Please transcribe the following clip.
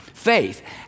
Faith